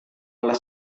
oleh